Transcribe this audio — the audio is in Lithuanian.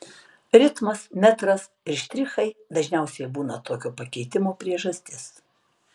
ritmas metras ir štrichai dažniausiai būna tokio pakeitimo priežastis